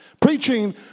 Preaching